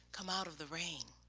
come out of the rain.